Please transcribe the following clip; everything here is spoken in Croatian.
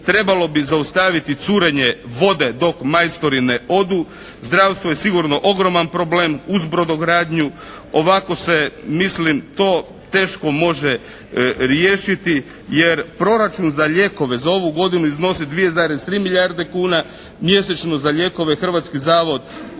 Trebalo bi zaustaviti curenje vode dok majstori ne odu. Zdravstvo je sigurno ogroman problem uz brodogradnju. Ovako se mislim to teško može riješiti jer proračun za lijekove za ovu godinu iznosi 2,3 milijarde kuna. Mjesečno za lijekove Hrvatski zavod,